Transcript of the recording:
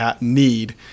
need